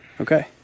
Okay